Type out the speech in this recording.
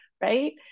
right